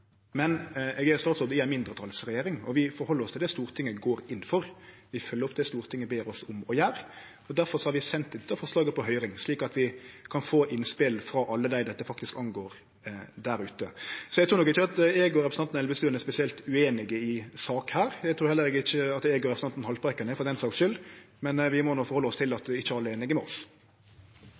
Men eg er statsråd i ei mindretalsregjering, og vi rettar oss etter det Stortinget går inn for. Vi følgjer opp det som Stortinget ber oss om å gjere, og difor har vi sendt dette forslaget på høyring, slik at vi kan få innspel frå alle dette faktisk vedkjem der ute. Så eg trur nok ikkje at eg og representanten Elvestuen er spesielt ueinige i sak her. Eg trur heller ikkje at eg og representanten Haltbrekken er det, for den saks skuld, men vi må nok akseptere at ikkje alle er einige med oss.